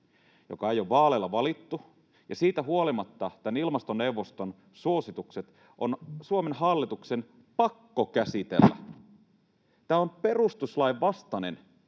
joka ei ole vaaleilla valittu, ja siitä huolimatta tämän ilmastoneuvoston suositukset on Suomen hallituksen pakko käsitellä. Tämä on perustuslain vastainen.